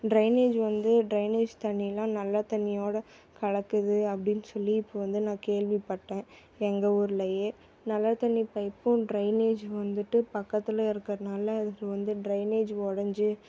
drainage வந்து drainage தண்ணியெலாம் நல்ல தண்ணியோட கலக்குது அப்படின்னு சொல்லி இப்போ வந்து நான் கேள்விப்பட்டேன் எங்கள் ஊர்லேயே நல்ல தண்ணி பைப்பும் ட்ரைனேஜ் வந்துட்டு பக்கத்தில் இருக்கிறனால அதில் வந்து ட்ரைனேஜ் உடஞ்சி